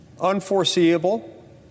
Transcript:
unforeseeable